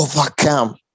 overcome